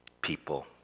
people